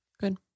Good